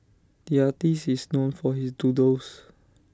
the artist is known for his doodles